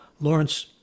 Lawrence